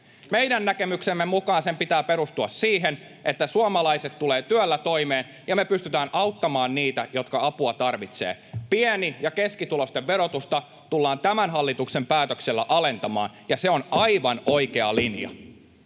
Meidän näkemyksemme mukaan sen pitää perustua siihen, että suomalaiset tulevat työllä toimeen ja me pystytään auttamaan niitä, jotka apua tarvitsevat. Pieni- ja keskituloisten verotusta tullaan tämän hallituksen päätöksellä alentamaan, ja se on aivan oikea linja